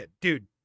Dude